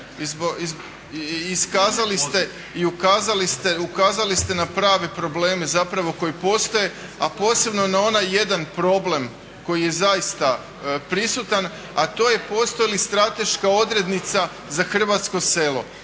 i iskazali ste i ukazali ste na prave probleme zapravo koji postoje, a posebno na onaj jedan problem koji je zaista prisutan, a to je postoji li strateška odrednica za hrvatsko selo,